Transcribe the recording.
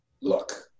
look